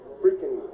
freaking